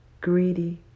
greedy